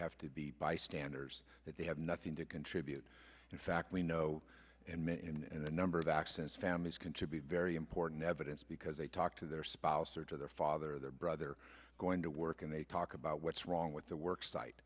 have to be bystanders that they have nothing to contribute in fact we know and many and the number of access families contribute very important evidence because they talk to their spouse or to their father their brother going to work and they talk about what's wrong with the work site